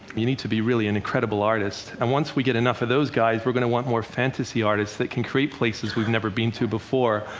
you need to be really an incredible artist. and once we get enough of those guys, we're going to want more fantasy artists that can create places we've never been to before,